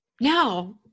No